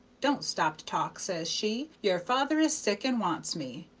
don't stop to talk says she your father is sick, and wants me.